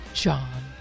John